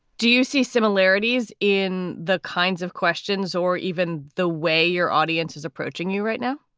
do you see similarities in the kinds of questions or even the way your audience is approaching you right now?